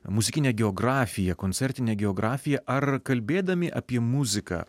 muzikinę geografiją koncertinę geografiją ar kalbėdami apie muziką